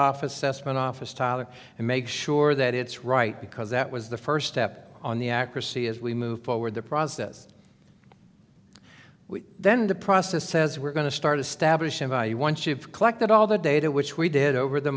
essman office tyler and make sure that it's right because that was the first step on the accuracy as we move forward the process then the process says we're going to start establishing value once you've collected all the data which we did over the